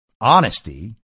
honesty